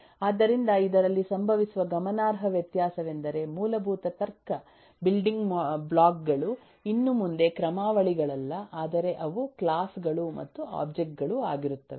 ಆದ್ದರಿಂದ ಇದರಲ್ಲಿ ಸಂಭವಿಸುವ ಗಮನಾರ್ಹ ವ್ಯತ್ಯಾಸವೆಂದರೆ ಮೂಲಭೂತ ತರ್ಕ ಬಿಲ್ಡಿಂಗ್ ಬ್ಲಾಕ್ ಗಳು ಇನ್ನು ಮುಂದೆ ಕ್ರಮಾವಳಿಗಳಲ್ಲ ಆದರೆ ಅವು ಕ್ಲಾಸ್ ಗಳು ಮತ್ತು ಒಬ್ಜೆಕ್ಟ್ ಗಳು ಆಗಿರುತ್ತವೆ